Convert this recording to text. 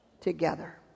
together